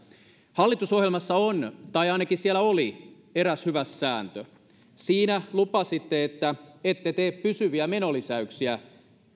hallitusohjelmassa on tai ainakin siellä oli eräs hyvä sääntö siinä lupasitte että ette tee pysyviä menolisäyksiä